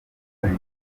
kandi